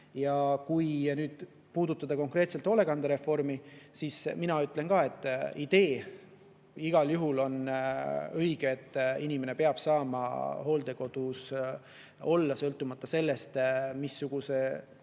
Ja kui nüüd puudutada konkreetselt hoolekandereformi, siis mina ütlen ka, et idee on igal juhul õige, et inimene peab saama hooldekodus olla, sõltumata sellest, kui suur